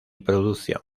producción